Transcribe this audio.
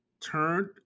turned